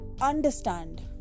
understand